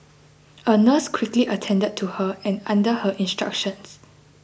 a nurse quickly attended to her and under her instructions